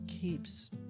keeps